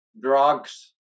drugs